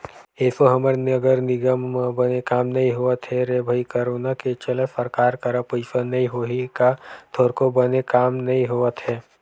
एसो हमर नगर निगम म बने काम नइ होवत हे रे भई करोनो के चलत सरकार करा पइसा नइ होही का थोरको बने काम नइ होवत हे